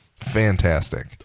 Fantastic